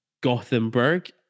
Gothenburg